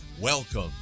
Welcome